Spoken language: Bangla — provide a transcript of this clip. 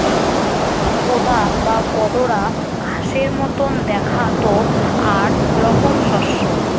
কোদা বা কোদরা ঘাসের মতন দ্যাখাত আক রকম শস্য